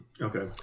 Okay